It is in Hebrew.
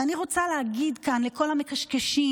ואני רוצה להגיד כאן לכל המקשקשים,